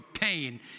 pain